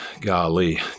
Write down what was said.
golly